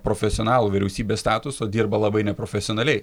profesionalų vyriausybės statusą dirba labai neprofesionaliai